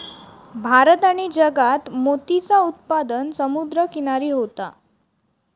भारत आणि जगात मोतीचा उत्पादन समुद्र किनारी होता